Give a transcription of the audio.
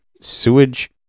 sewage